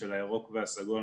של הירוק והסגול,